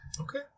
Okay